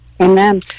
Amen